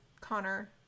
Connor